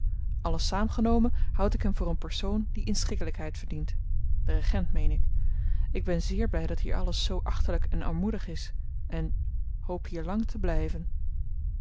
alles saamgenomen houd ik hem voor een persoon die inschikkelykheid verdient de regent meen ik ik ben zeer bly dat hier alles zoo achterlyk en armoedig is en hoop hier lang te blyven